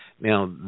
Now